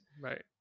Right